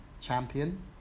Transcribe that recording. champion